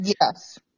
Yes